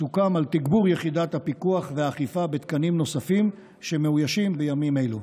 סוכם על תגבור יחידת הפיקוח והאכיפה בתקנים נוספים שמאוישים בימים אלה.